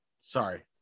sorry